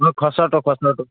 অঁ খচ্চৰটো খচ্চৰটো